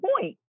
point